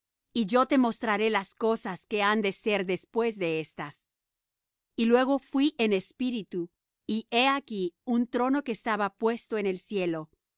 y yo te mostraré las cosas que han de ser después de éstas y luego yo fuí en espíritu y he aquí un trono que estaba puesto en el cielo